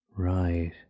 Right